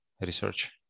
research